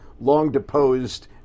long-deposed